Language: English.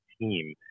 team